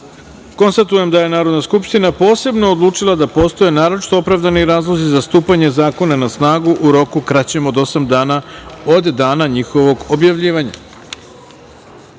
dvoje. Konstatujem da je Narodna skupština posebno odlučila da postoje naročito opravdani razlozi za stupanje zakona na snagu u roku kraćem od osam dana od dana njegovog objavljivanja. Sada